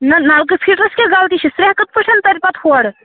نہَ نَلکہٕ فیٖٹرَس کیٚاہ غلطی چھِ سرٛیٚہہ کِتھٕ پٲٹھۍ تَرِ پَتہٕ ہورٕ